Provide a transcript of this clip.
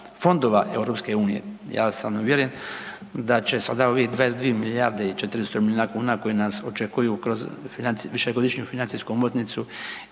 fondova EU. Ja sam uvjeren da će sada ovih 22 milijarde 400 milijuna kuna koji nas očekuju kroz višegodišnju financijsku omotnicu